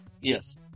Yes